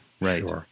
Right